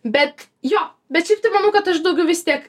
bet jo bet šiaip tai manau kad aš daugiau vis tiek